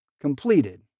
completed